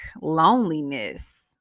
loneliness